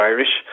Irish